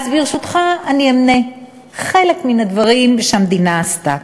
ברשותך, אני אמנה חלק מהדברים שהמדינה עשתה: